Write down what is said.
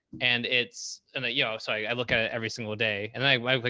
and it's an a, you know, so i look at it every single day and i, like,